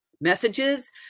messages